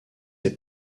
est